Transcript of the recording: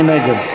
מי נגד?